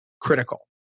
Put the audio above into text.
critical